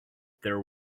there